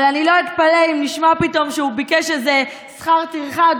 אבל אני לא אתפלא אם נשמע פתאום שהוא ביקש איזה שכר טרחה,